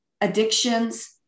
addictions